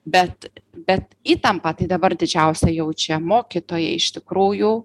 bet bet įtampą tai dabar didžiausią jaučia mokytojai iš tikrųjų